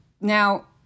now